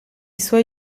suoi